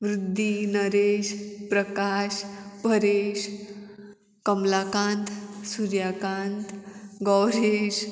Vriddhi Naresh Prakash Paresh Kamalakant Suryakant Gauresh